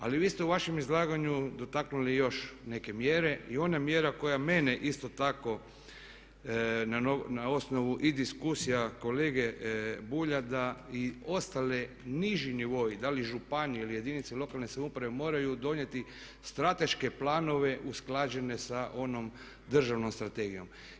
Ali vi ste u vašem izlaganju dotaknuli još neke mjere i ona mjera koja mene isto tako na osnovu i diskusija kolega Bulja da i ostale, niži nivoi, da li županije ili jedinice lokalne samouprave moraju donijeti strateške planove usklađene sa onom državnom strategijom.